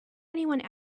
anyone